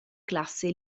classe